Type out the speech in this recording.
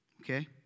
Okay